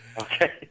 Okay